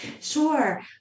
Sure